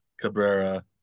Cabrera